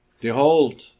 Behold